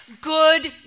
good